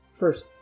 first